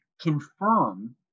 confirm